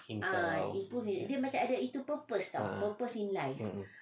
involved ah (uh huh)